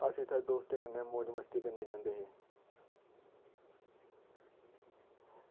अस इत्थै दोस्तें कन्नै मौज मस्ती करने जंदे हे